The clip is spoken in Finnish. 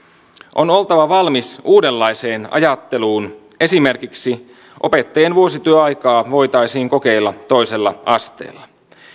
on oltava valmis uudenlaiseen ajatteluun esimerkiksi opettajien vuosityöaikaa voitaisiin kokeilla toisella asteella